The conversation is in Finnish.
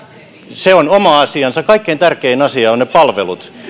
se on oma asiansa kaikkein tärkein asia on ne palvelut